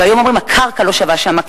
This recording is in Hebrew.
והיום אומרים: הקרקע שם לא שווה כסף.